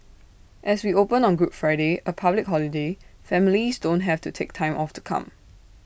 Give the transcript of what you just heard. as we open on good Friday A public holiday families don't have to take time off to come